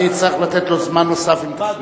אני אצטרך לתת לו זמן נוסף אם תפריעו.